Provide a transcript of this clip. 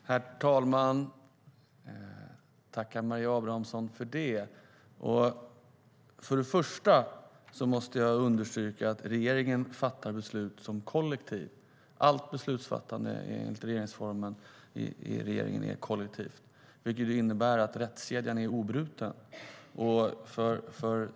Herr talman! Jag tackar Maria Abrahamsson för detta. För det första måste jag understryka att regeringen fattar beslut som ett kollektiv. Allt beslutsfattande i regeringen är enligt regeringsformen kollektivt, vilket innebär att rättskedjan är obruten.